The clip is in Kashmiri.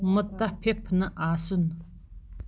مُتفِف نہٕ آسُن